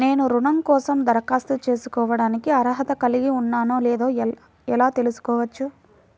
నేను రుణం కోసం దరఖాస్తు చేసుకోవడానికి అర్హత కలిగి ఉన్నానో లేదో ఎలా తెలుసుకోవచ్చు?